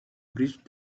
bridge